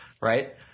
right